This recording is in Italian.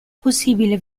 possibile